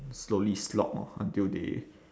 slowly slog orh until they